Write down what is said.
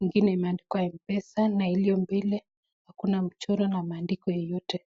ingine imeandikwa Mpesa na iliyo mbele hakuna mchoro na maandiko yoyote.